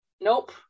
Nope